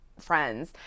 friends